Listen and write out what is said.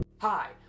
Hi